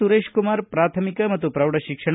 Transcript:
ಸುರೇಶ್ ಕುಮಾರ್ ಪಾಥಮಿಕ ಮತ್ತು ಪ್ರೌಢ ಶಿಕ್ಷಣ